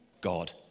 God